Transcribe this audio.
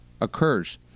occurs